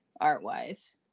art-wise